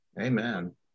Amen